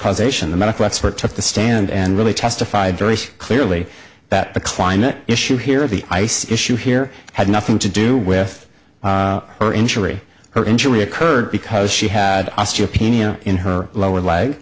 preservation the medical expert took the stand and really testified very clearly that the climate issue here the ice issue here had nothing to do with her injury her injury occurred because she had osteopenia in her lower leg